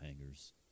hangers